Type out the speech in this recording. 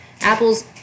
apples